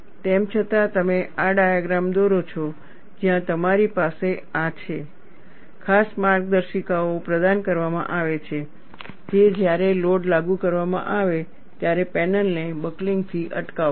તેમ છતાં તમે આ ડાયગ્રામ દોરો છો જ્યાં તમારી પાસે આ છે ખાસ માર્ગદર્શિકાઓ પ્રદાન કરવામાં આવે છે જે જ્યારે લોડ લાગુ કરવામાં આવે ત્યારે પેનલને બકલિંગ થી અટકાવશે